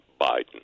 Biden